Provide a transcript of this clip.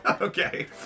Okay